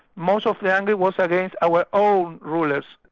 most of the anger was against our own rulers.